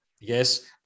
Yes